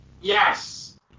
Yes